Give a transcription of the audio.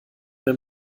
mehr